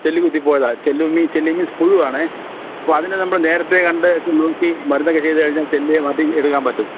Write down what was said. ചെല്ലി കുത്തി പോയതാണ് ചെല്ലുമീ ചെല്ലി മീൻസ് പുഴു ആണേ അപ്പോൾ അതിനെ നമ്മൾ നേരത്തെ കണ്ട് നോക്കി മരുന്നൊക്കെ ചെയ്തു കഴിഞ്ഞാൽ ചെല്ലിയെ മാറ്റി എടുക്കാൻ പറ്റും